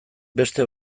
beste